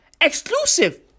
exclusive